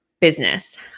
business